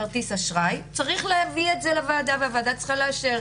כרטיס אשראי צריך להביא לוועדה והוועדה צריכה לאשר.